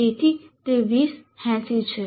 તેથી તે 2080 છે